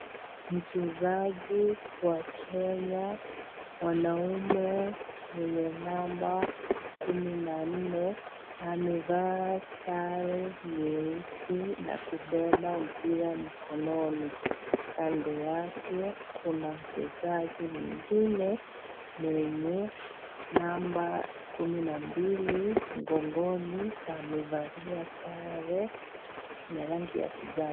Mchezaji wa Kenya mwanaume mwenye namba, kumi na nne, amevaa sare nyeusi na kubeba mpira mkononi. Kando yake kuna mchezaji mwingine mwenye namba kumi na mbili mgongoni na amevalia sare ya rangi ya kijani.